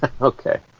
okay